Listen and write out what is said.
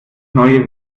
neue